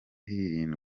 ikirere